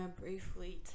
briefly